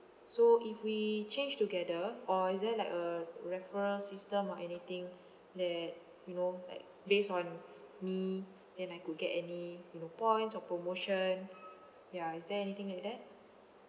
so if we change together or is there like a referral system or anything that you know like based on me then I could get any you know points or promotion ya is there anything like that